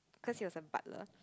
cause he was a butler